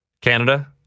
Canada